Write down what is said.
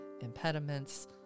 impediments